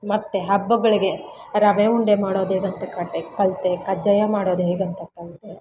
ಮತ್ತು ಹಬ್ಬಗಳಿಗೆ ರವೆ ಉಂಡೆ ಮಾಡೊದೇಗಂತ ಕತೆ ಕಲಿತೆ ಕಜ್ಜಾಯ ಮಾಡೊದುಹೇಗಂತ ಕಲಿತೆ